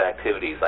activities